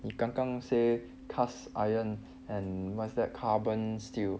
你刚刚 say cast iron and what's that carbon steel